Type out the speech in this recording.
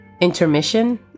intermission